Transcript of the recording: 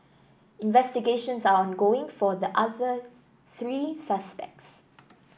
investigations are ongoing for the other three suspects